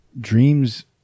Dreams